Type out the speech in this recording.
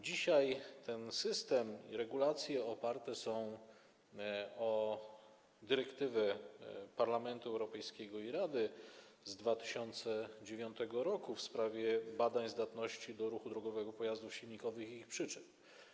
Dzisiaj ten system regulacji oparty jest o dyrektywę Parlamentu Europejskiego i Rady z 2009 r. w sprawie badań zdatności do ruchu drogowego pojazdów silnikowych i ich przyczep.